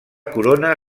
corona